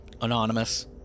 Anonymous